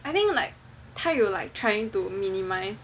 I think like 他有 like trying to minimise 出去 but then